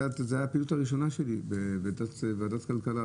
זו הייתה הפעילות הראשונה שלי בוועדת הכלכלה,